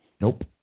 nope